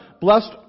Blessed